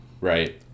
Right